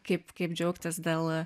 kaip kaip džiaugtis dėl